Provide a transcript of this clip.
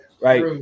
Right